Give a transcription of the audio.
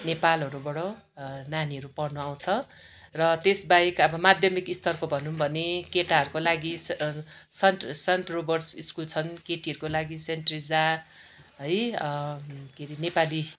नेपालहरूबाट नानीहरू पढ्न आउँछ र त्यसबाहेक अब माध्यमिक स्तरको भनौँ भने केटाहरूको लागि सेन्ट सेन्ट रोबर्ट्स स्कुल छन् केटीहरूको लागि सेन्ट ट्रिजा है के अरे नेपाली